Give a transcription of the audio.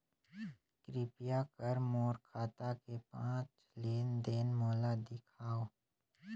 कृपया कर मोर खाता के पांच लेन देन मोला दिखावव